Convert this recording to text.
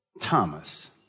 Thomas